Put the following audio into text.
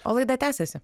o laida tęsiasi